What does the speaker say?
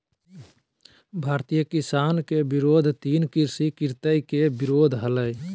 भारतीय किसान के विरोध तीन कृषि कृत्य के विरोध हलय